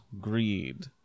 greed